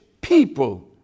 people